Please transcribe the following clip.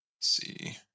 see